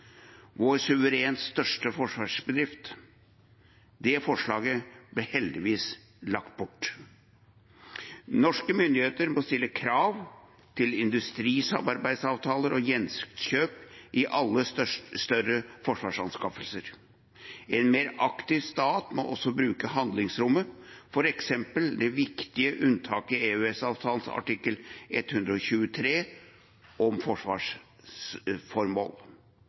vår suverent største forsvarsbedrift. Det forslaget ble heldigvis lagt bort. Norske myndigheter må stille krav til industrisamarbeidsavtaler og gjenkjøp i alle større forsvarsanskaffelser. En mer aktiv stat må også bruke handlingsrommet, f.eks. det viktige unntaket i EØS-avtalens artikkel 123, om forsvarsformål.